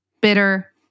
Bitter